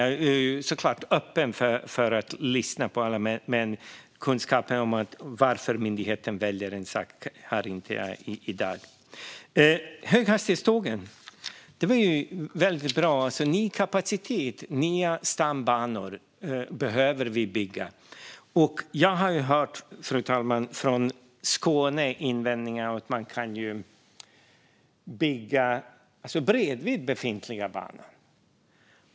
Jag är såklart öppen för att lyssna på alla, men kunskapen om varför myndigheten väljer en sak har jag inte i dag. Höghastighetstågen är väldigt bra. Vi behöver bygga ny kapacitet och nya stambanor. Jag har, fru talman, från Skåne hört invändningar om att man ju kan bygga bredvid den befintliga banan.